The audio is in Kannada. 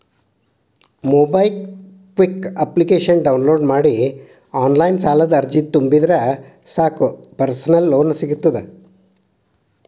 ಮೊಬೈಕ್ವಿಕ್ ಅಪ್ಲಿಕೇಶನ ಡೌನ್ಲೋಡ್ ಮಾಡಿ ಆನ್ಲೈನ್ ಸಾಲದ ಅರ್ಜಿನ ತುಂಬಿದ್ರ ಸಾಕ್ ಪರ್ಸನಲ್ ಲೋನ್ ಸಿಗತ್ತ